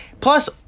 Plus